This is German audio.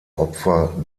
opfer